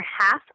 half